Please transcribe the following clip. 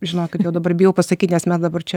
žinokit jau dabar bijau pasakyt nes mes dabar čia